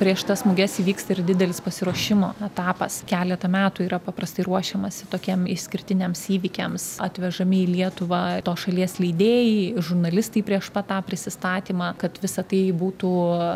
prieš tas muges įvyksta ir didelis pasiruošimo etapas keletą metų yra paprastai ruošiamasi tokiem išskirtiniams įvykiams atvežami į lietuvą tos šalies leidėjai žurnalistai prieš pat tą prisistatymą kad visa tai būtų